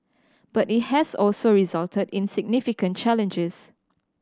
but it has also resulted in significant challenges